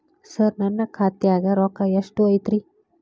ಸರ ನನ್ನ ಖಾತ್ಯಾಗ ರೊಕ್ಕ ಎಷ್ಟು ಐತಿರಿ?